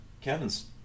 Kevin's